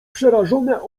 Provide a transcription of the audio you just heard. przerażone